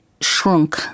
shrunk